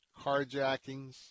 carjackings